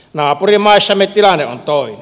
naapurimaissamme tilanne on toinen